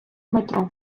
метро